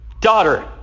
Daughter